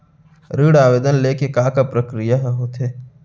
ऋण आवेदन ले के का का प्रक्रिया ह होथे?